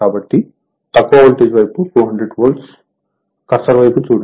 కాబట్టి తక్కువ వోల్టేజ్ వైపు వోల్టేజ్ 200 వోల్ట్స్ కర్సర్ వైపు చూడండి